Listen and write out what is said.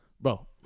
Bro